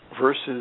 versus